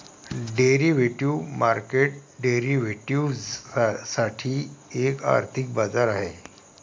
derivative market derivatives साठी एक आर्थिक बाजार आहे